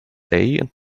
and